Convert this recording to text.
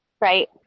Right